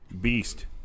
Beast